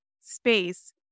space